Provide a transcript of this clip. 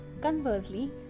Conversely